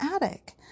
attic